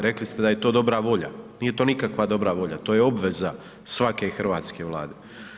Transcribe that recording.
Rekli ste da je to dobra volja, nije to nikakva dobra volja, to je obveza svake hrvatske vlade.